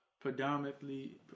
predominantly